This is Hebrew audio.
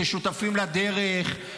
כשותפים לדרך,